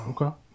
Okay